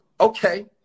Okay